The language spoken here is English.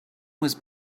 was